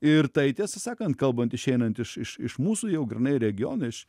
ir tai tiesą sakant kalbant išeinant iš iš iš mūsų jau grynai regiono iš